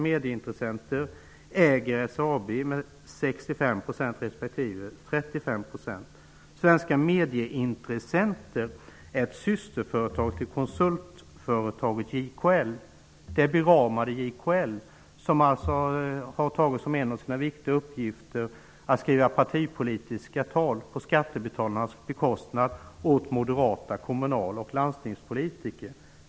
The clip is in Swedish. Medieintressenter är ett systerföretag till konsultföretaget JKL, det beramade JKL, som har tagit som en av sina viktiga uppgifter att på skattebetalarnas bekostnad skriva partipolitiska tal åt moderata kommunal och landstingspolitiker.